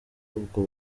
ubwo